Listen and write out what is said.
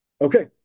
Okay